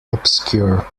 obscure